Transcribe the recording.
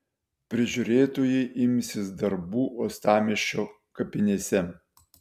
prižiūrėtojai imsis darbų uostamiesčio kapinėse